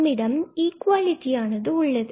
நம்மிடம் இகுவாலிட்டி ஆனது உள்ளது